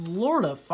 Florida